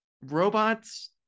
Robots